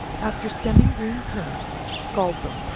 after stemming green currants, scald them,